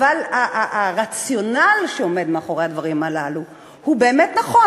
אבל הרציונל שעומד מאחורי הדברים הללו הוא באמת נכון.